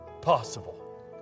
possible